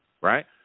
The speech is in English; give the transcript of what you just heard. right